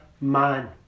man